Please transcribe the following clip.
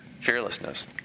fearlessness